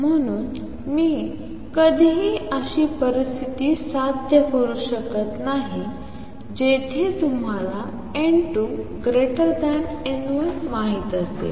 म्हणून मी कधीही अशी परिस्थिती साध्य करू शकत नाही जिथे तुम्हाला n2 n1 माहित असेल